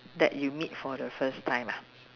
that you meet for the first time ah